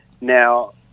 Now